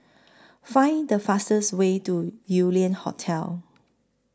Find The fastest Way to Yew Lian Hotel